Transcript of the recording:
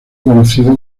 conocido